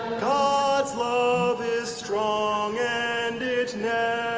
god's love is strong and it